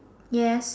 yes